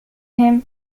him